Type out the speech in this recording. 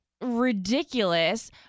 ridiculous